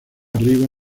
arriba